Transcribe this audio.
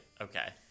Okay